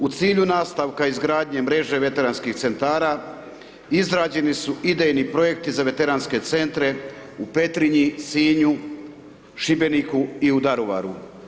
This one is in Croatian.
U cilju nastavka izgradnje mreže Veteranskih Centara izrađeni su idejni projekti za Veteranske Centre u Petrinji, Sinju, Šibeniku i u Daruvaru.